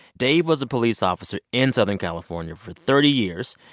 dave was a police officer in southern california for thirty years.